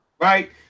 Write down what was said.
Right